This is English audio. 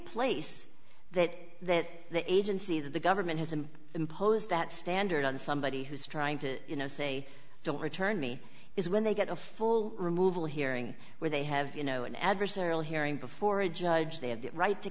place that the agency that the government has and impose that standard on somebody who's trying to you know say don't return me is when they get a full removal hearing where they have you know an adversarial hearing before a judge they have the right to